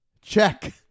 check